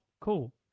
cool